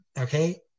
okay